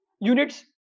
units